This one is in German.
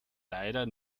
leider